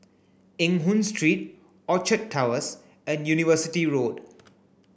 Eng Hoon Street Orchard Towers and University Road